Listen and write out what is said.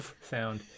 sound